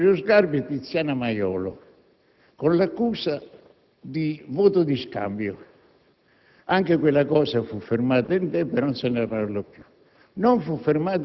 Vittorio Sgarbi e Tiziana Maiolo, con l'accusa di voto di scambio. Anche questa vicenda fu fermata in tempo e non se ne parlò più.